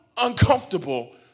uncomfortable